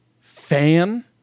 fan